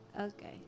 Okay